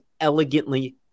elegantly